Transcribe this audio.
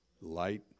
light